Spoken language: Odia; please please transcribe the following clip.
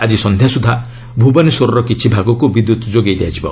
ଆଜି ସନ୍ଧ୍ୟା ସୁଦ୍ଧା ଭୁବନେଶ୍ୱରର କିଛି ଭାଗକୁ ବିଦ୍ୟୁତ୍ ଯୋଗାଇ ଦିଆଯିବ